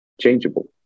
changeable